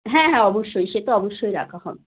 হ্যাঁ হ্যাঁ অবশ্যই সে তো অবশ্যই রাখা হবে